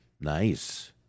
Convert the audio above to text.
Nice